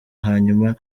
hanyuma